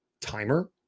timer